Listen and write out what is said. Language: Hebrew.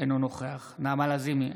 אינו נוכח נעמה לזימי,